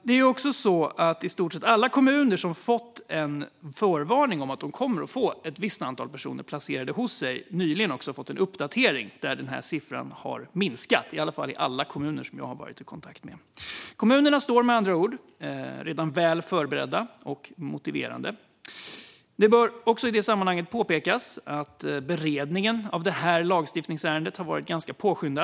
Det är också så att i stort sett alla kommuner som fått en förvarning om att de kommer att få ett visst antal personer placerade hos sig nyligen också har fått en uppdatering där den här siffran har minskat. Det gäller i alla fall alla kommuner som jag har varit i kontakt med. Kommunerna står med andra ord redan väl förberedda och motiverade. Det bör också i det sammanhanget påpekas att beredningen av det här lagstiftningsärendet har varit ganska påskyndad.